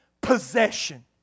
possession